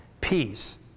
peace